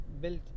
built